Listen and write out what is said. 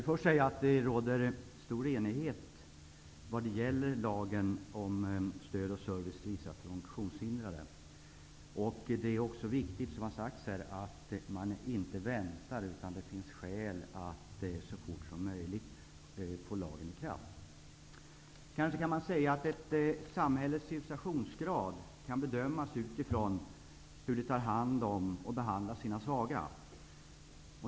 Fru talman! Det råder stor enighet om lagen om stöd och service till vissa funktionshindrade. Det är viktigt att man inte väntar och att lagen får träda i kraft så fort som möjligt. Ett samhälles civilsationsgrad kan bedömas utifrån hur man tar hand om och behandlar sina svaga.